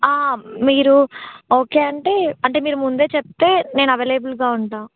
మీరు ఓకే అంటే అంటే మీరు ముందే చెప్తే నేను అవైలబుల్గా ఉంటాం